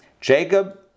Jacob